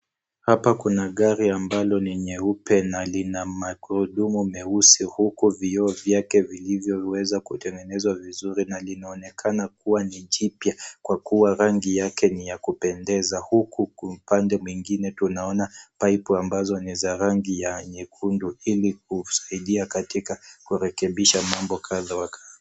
Hapa kuna gari ambalo ni nyeupe na lina magurudumu meusi huku vioo vyake vilivyoweza kutengenezwa vizuri na linaonekana kuwa ni jipya kwa kuwa rangi yake ni ya kupendeza huku upande mwingine tunaona pipe ambazo ni za rangi ya nyekundu ili kusaidia katika kurekebisha mambo kadha wa kadha.